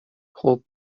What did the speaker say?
خوب